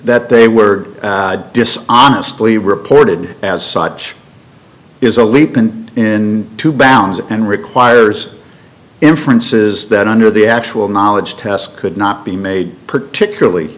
that they were dishonest lee reported as such is a leap and in to balance and requires inferences that under the actual knowledge test could not be made particularly